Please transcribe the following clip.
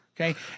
Okay